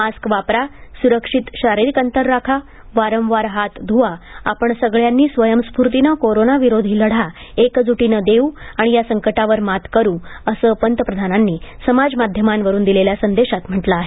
mask वापरा सुरक्षित शारिरिक अंतर राखा वारंवार हात धुवा आपण सगळ्यांनी स्वयंस्फूर्तीनं कोरोना विरोधी लढा एकजुटीनं देऊ आणि या संकटावर मात करू असं पंतप्रधानांनी समाज माध्यमांवरून दिलेल्या संदेशात म्हटलं आहे